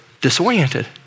disoriented